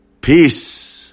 Peace